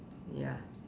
ya